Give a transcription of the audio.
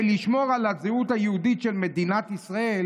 לשמור על הזהות היהודית של מדינת ישראל,